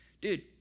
dude